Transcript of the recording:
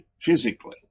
physically